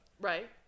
Right